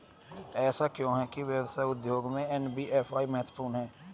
ऐसा क्यों है कि व्यवसाय उद्योग में एन.बी.एफ.आई महत्वपूर्ण है?